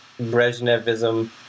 Brezhnevism